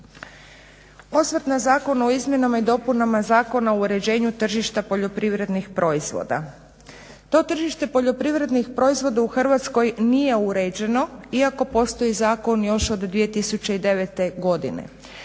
Osvrt na zakon o izmjenama i dopunama Zakona o uređenju tržišta poljoprivrednih proizvoda. To tržište poljoprivrednih proizvoda u Hrvatskoj nije uređeno iako postoji zakon još od 2009.godine.